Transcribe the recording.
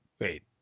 Wait